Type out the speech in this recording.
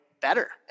better